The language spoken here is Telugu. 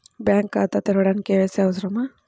బ్యాంక్ ఖాతా తెరవడానికి కే.వై.సి అవసరమా?